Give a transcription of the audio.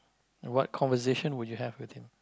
and what conversation would you have with him